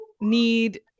need